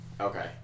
okay